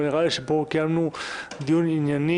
אבל נראה לי שפה קיימנו דיון ענייני,